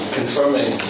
confirming